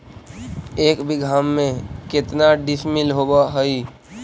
एक बीघा में केतना डिसिमिल होव हइ?